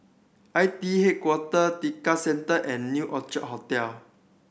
I T H Headquarter Tekka Center and New Hotel